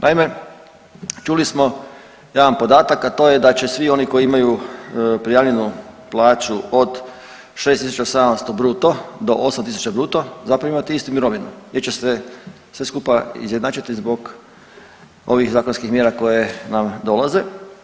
Naime, čuli smo jedan podatak, a to je da će svi oni koji imaju prijavljenu plaću od 6.700 bruto do 8.000 bruto zapravo imati istu mirovinu jer će se sve skupa izjednačiti zbog ovih zakonskih mjera koje nam dolaze.